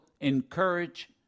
encourage